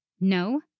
No